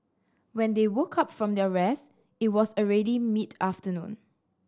when they woke up from their rest it was already mid afternoon